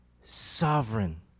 sovereign